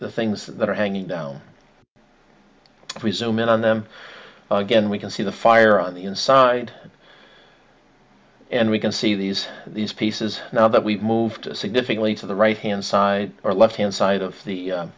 the things that are hanging down if we zoom in on them again we can see the fire on the inside and we can see these these pieces now that we've moved significantly to the right hand side or left hand side of the